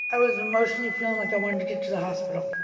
i was emotionally feeling like i wanted to get to the hospital.